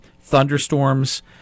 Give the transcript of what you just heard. Thunderstorms